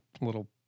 little